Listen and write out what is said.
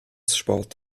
spart